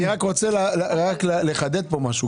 אני רוצה לחדד כאן משהו.